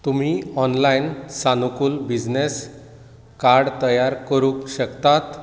तुमी ऑनलायन सानुकूल business card तयार करूंक शकतात